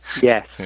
Yes